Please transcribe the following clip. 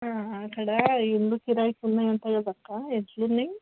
అక్కడ ఇళ్ళు కిరాయికి ఉన్నాయంట కదా అక్క ఎట్లున్నాయి